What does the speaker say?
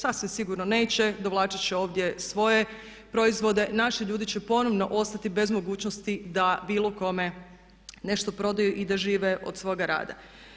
Sasvim sigurno neće, dovlačit će ovdje svoje proizvode, naši ljudi će ponovno ostati bez mogućnosti da bilo kome nešto prodaju i da žive od svoga rada.